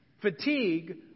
fatigue